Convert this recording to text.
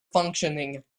functioning